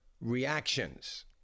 reactions